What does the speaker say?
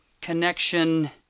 connection